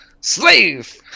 slave